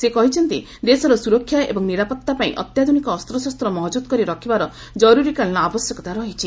ସେ କହିଛନ୍ତି ଦେଶର ସୁରକ୍ଷା ଏବଂ ନିରାପତ୍ତାପାଇଁ ଅତ୍ୟାଧୁନିକ ଅସ୍ତ୍ରଶସ୍ତ ମହଜୁଦ କରି ରଖିବାର ଜରୁରୀକାଳୀନ ଆବଶ୍ୟକତା ରହିଛି